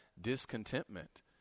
discontentment